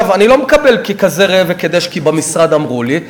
אני לא מקבל ככזה ראה וקדש כי במשרד אמרו לי,